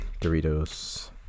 Doritos